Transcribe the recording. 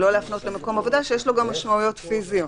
לא להפנות למקום עבודה שיש לו גם משמעויות פיזיות.